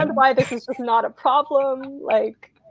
and why this was not a problem. like